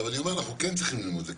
אני אומר שאנחנו כן צריכים ללמוד את זה,